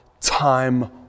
time